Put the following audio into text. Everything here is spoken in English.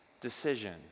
decision